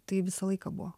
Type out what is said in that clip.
tai visą laiką buvo